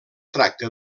tracta